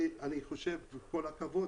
ואני חושב שעם כל הכבוד